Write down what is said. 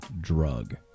drug